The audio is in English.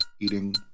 eating